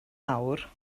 awr